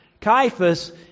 Caiaphas